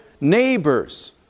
Neighbors